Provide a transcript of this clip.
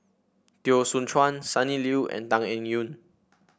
Teo Soon Chuan Sonny Liew and Tan Eng Yoon